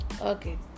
Okay